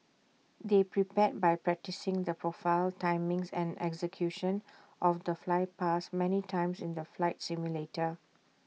they prepared by practising the profile timings and execution of the flypast many times in the flight simulator